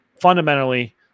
fundamentally